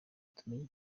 tumenye